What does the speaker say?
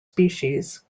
species